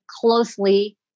closely